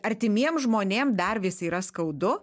artimiem žmonėm dar vis yra skaudu